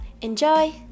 Enjoy